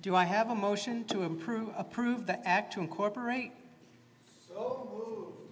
do i have a motion to improve approve the act to incorporate